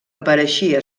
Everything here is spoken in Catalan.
apareixia